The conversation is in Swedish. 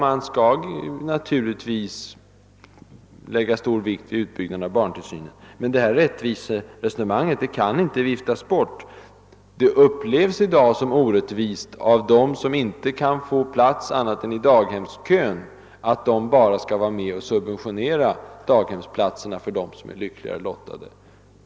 Man skall naturligtvis lägga stor vikt vid utbyggnaden av barntillsynen. Men detta »rättviseresonemang» kan inte viftas bort; det upplevs i dag som orättvist av dem som inte kan få plats annat än i daghemskön, att de bara skall vara med och subventionera daghemsplatserna för de lyckligare lottade.